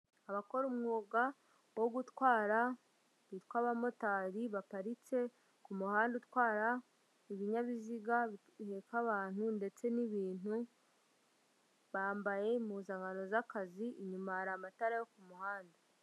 Abakora umwuga wo gutwara bitwa abamotari baparitse ku muhanda utwara ibinyabiziga biheka abantu ndetse n'ibintu, bambaye impuzankano z'akazi inyuma hari amatara yo kumuhanda.